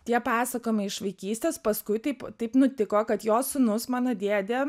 tie pasakojimai iš vaikystės paskui taip taip nutiko kad jo sūnus mano dėdė